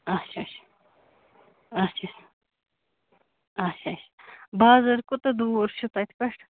اچھا اچھا اچھا اچھا اچھا بازَر کوٗتاہ دوٗر چھُ تَتہِ پٮ۪ٹھ